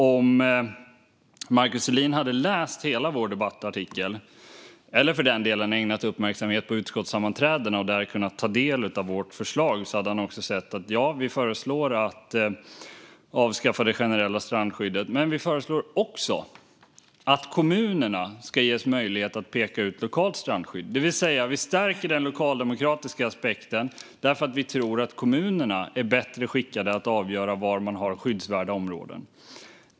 Om Markus Selin hade läst hela vår debattartikel eller, för den delen, ägnat oss uppmärksamhet på utskottssammanträdena och där kunnat ta del av vårt förslag hade han sett att vi föreslår att man avskaffar det generella strandskyddet - men att vi också föreslår att kommunerna ska ges möjlighet att peka ut lokalt strandskydd. Det innebär att vi stärker den lokaldemokratiska aspekten därför att vi tror att kommunerna är bättre skickade att avgöra var man har skyddsvärda områden.